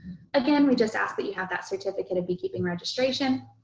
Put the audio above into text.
again, we just ask that you have that certificate of beekeeping registration.